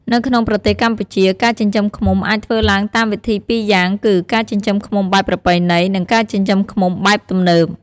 នៅក្នុងប្រទេសកម្ពុជា ការចិញ្ចឹមឃ្មុំអាចធ្វើឡើងតាមវិធីពីរយ៉ាងគឺ ការចិញ្ចឹមឃ្មុំបែបប្រពៃណី និងការចិញ្ចឹមឃ្មុំបែបទំនើប។